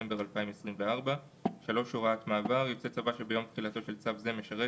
בדצמבר 2024). הוראת מעבר יוצא צבא שביום תחילתו של צו זה משרת